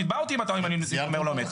תתבע אותי אם אני --- אני יכול להשלים?